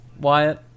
wyatt